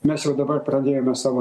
mes jau dabar pradėjom savo